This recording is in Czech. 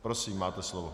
Prosím, máte slovo.